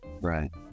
right